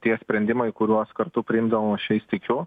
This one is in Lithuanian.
tie sprendimai kuriuos kartu priimdavom aš jais tikiu